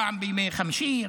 פעם בימי חמישי,